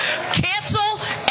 Cancel